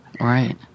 Right